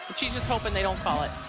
she's just hoping they don't call it.